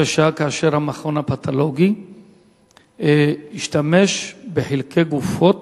קשה כאשר המכון הפתולוגי השתמש בחלקי גופות,